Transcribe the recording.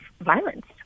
violence